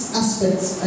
aspects